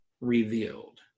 revealed